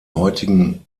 heutigen